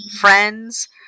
friends